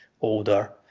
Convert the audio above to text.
older